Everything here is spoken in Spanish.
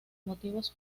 motivos